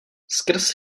skrz